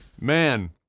Man